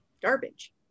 garbage